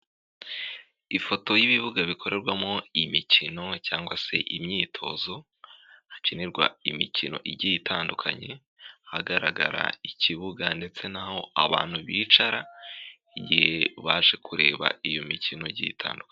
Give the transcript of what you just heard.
Ifoto y'ibibuga bikoremo iyi imikino cyangwa se imyitozo, hakinirwa imikino igiye itandukanye, hagaragara ikibuga ndetse n'aho abantu bicara, igihe baje kureba iyo mikino igi itandukanye.